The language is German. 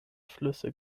flüsse